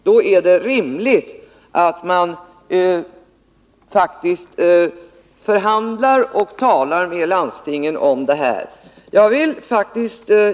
Då är det rimligt att tala med landstingen och förhandla med dem om detta.